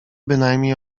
bynajmniej